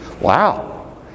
Wow